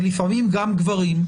ולפעמים גם גברים,